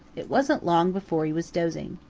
it wasn't long before he was dozing.